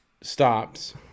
stops